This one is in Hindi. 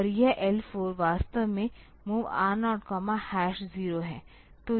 और यह L4 वास्तव में MOV R0 0 है